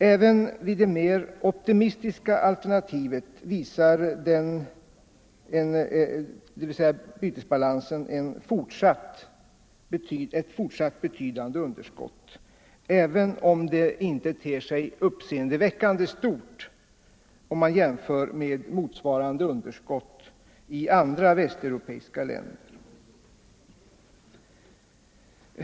Även vid det mer optimistiska alternativet visar bytesbalansen ett fortsatt betydande underskott, även om det inte ter sig uppseendeväckande stort jämfört med motsvarande underskott i andra västeuropeiska länder.